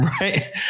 Right